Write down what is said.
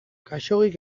khaxoggik